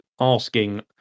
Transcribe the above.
asking